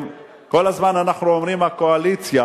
כל הזמן אנחנו אומרים: הקואליציה,